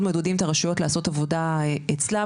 מעודדים את הרשויות לעשות עבודה אצלם.